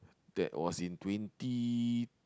that was in twenty